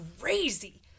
crazy